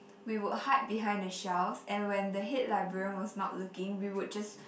we would hide behind the shelves and when the head librarian was not looking we would just